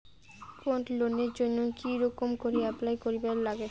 Gold লোনের জইন্যে কি রকম করি অ্যাপ্লাই করিবার লাগে?